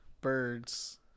birds